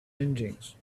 engines